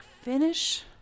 finish